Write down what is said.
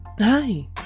Hi